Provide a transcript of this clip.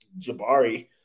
Jabari